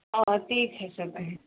آ تی